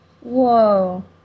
Whoa